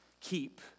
keep